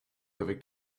ever